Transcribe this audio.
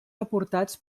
aportats